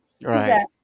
Right